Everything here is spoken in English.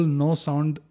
no-sound